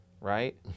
right